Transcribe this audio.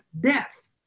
death